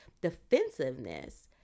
defensiveness